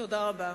תודה רבה.